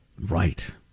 Right